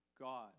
God